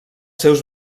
seus